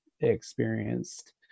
experienced